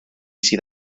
sydd